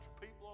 people